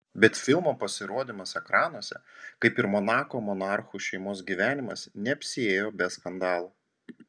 bet filmo pasirodymas ekranuose kaip ir monako monarchų šeimos gyvenimas neapsiėjo be skandalų